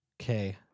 Okay